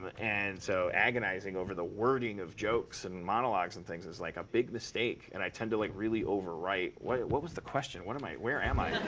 and so agonizing over the wording of jokes and monologues and things is, like, a big mistake. and i tend to like really over-write what what was the question? what am i where am i?